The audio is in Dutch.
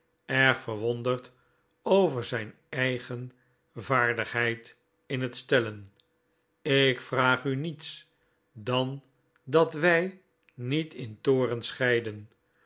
erg verwonderd over zijn eigen vaardigheid in het stellen ik vraag u niets dan dat wij niet in toorn scheiden